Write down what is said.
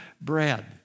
bread